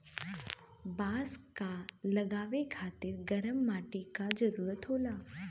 बांस क लगावे खातिर गरम मट्टी क जरूरत होला